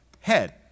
head